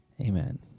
Amen